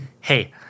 Hey